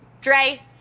Dre